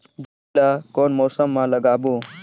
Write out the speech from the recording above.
जोणी ला कोन मौसम मा लगाबो?